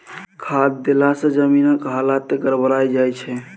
खाद देलासँ जमीनक हालत गड़बड़ा जाय छै